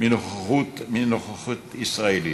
מנוכחות ישראלית,